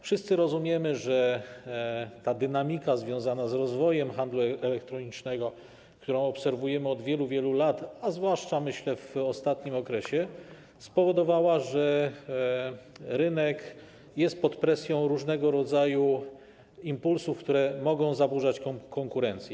Wszyscy rozumiemy, że dynamika związana z rozwojem handlu elektronicznego, którą obserwujemy od wielu, wielu lat, a zwłaszcza - myślę - w ostatnim okresie, spowodowała, że rynek jest pod presją różnego rodzaju impulsów, które mogą zaburzać konkurencję.